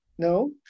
No